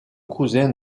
cousin